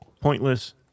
pointless